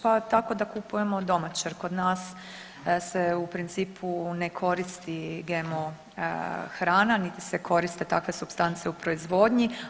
Pa tako da kupujemo domaće jer kod nas se u principu ne koristi GMO hrana niti se koriste takve supstance u proizvodnji.